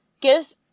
gives